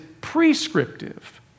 prescriptive